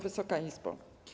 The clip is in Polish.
Wysoka Izbo!